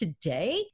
today